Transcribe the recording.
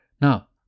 now